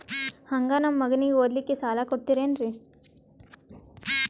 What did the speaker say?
ಹಂಗ ನಮ್ಮ ಮಗನಿಗೆ ಓದಲಿಕ್ಕೆ ಸಾಲ ಕೊಡ್ತಿರೇನ್ರಿ?